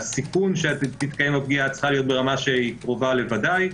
הסיכון שתתקיים הפגיעה צריכה להיות ברמה שהיא קרובה לוודאי,